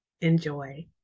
Enjoy